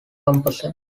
composer